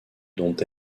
dont